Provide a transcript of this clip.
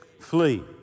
flee